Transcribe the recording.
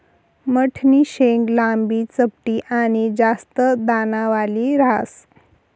मठनी शेंग लांबी, चपटी आनी जास्त दानावाली ह्रास